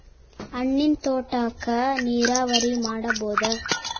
ಹಣ್ಣಿನ್ ತೋಟಕ್ಕ ನೀರಾವರಿ ಮಾಡಬೋದ?